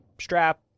strap